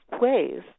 ways